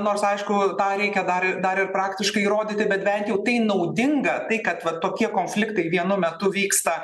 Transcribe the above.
nors aišku tą reikia dar ir dar ir praktiškai įrodyti bet bent jau tai naudinga tai kad va tokie konfliktai vienu metu vyksta